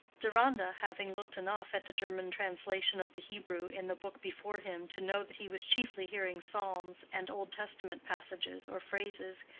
deronda, having looked enough at the german translation of the hebrew in the book before him to know that he was chiefly hearing psalms and old testament passages or phrases,